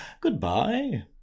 Goodbye